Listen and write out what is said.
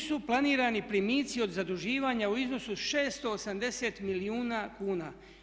Nisu planirani primici od zaduživanja u iznosu 680 milijuna kuna.